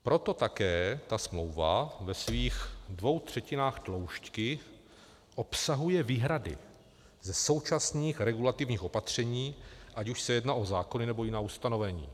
Proto také ta smlouva ve svých dvou třetinách tloušťky obsahuje výhrady ze současných regulativních opatření, ať už se jedná o zákony, nebo jiná ustanovení.